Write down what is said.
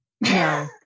no